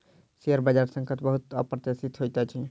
share बजार संकट बहुत अप्रत्याशित होइत अछि